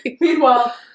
Meanwhile